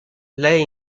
lei